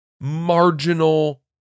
marginal